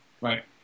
Right